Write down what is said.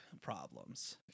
problems